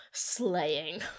Slaying